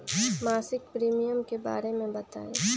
मासिक प्रीमियम के बारे मे बताई?